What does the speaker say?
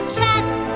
cat's